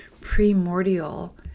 primordial